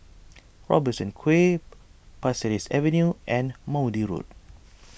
Robertson Quay Pasir Ris Avenue and Maude Road